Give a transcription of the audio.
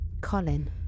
Colin